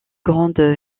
grande